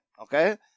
Okay